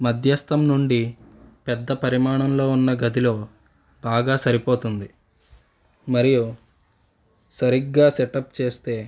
మధ్యస్థం నుండి పెద్ద పరిమాణంలో ఉన్న గదిలో బాగా సరిపోతుంది మరియు సరిగ్గా సెటప్ చేస్తే